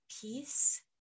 peace